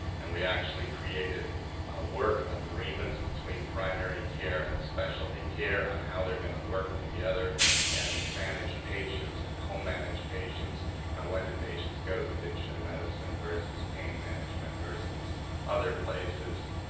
and we actually created work agreements between primary care and specialty care on how they're gonna work together and manage patients and co-manage patients and when do patients go to addiction medicine versus pain management versus other places.